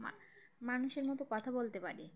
মা মানুষের মতো কথা বলতে পারি